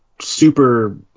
super